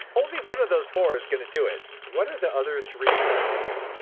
only one of those four is going to do it. what are the other three going to do?